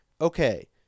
okay